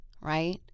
right